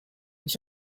ich